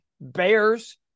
Bears